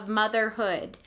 motherhood